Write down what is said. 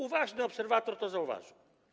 Uważny obserwator to zauważy.